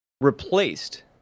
Replaced